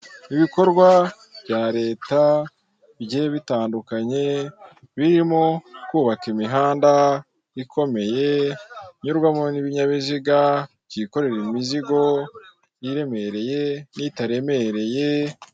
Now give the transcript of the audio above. Ibikorwa bya leta bigiyei bitandukanye birimo kubaka imihanda ikomeye, inyurwamo n'ibinyabiziga byikorera imizigo iremereye n'itaremereye.